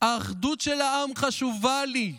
האחדות של העם חשובה לי.